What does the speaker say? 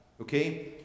okay